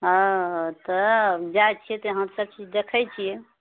ओ तब जै छिऐ तऽ हम सब चीज देखए छिऐ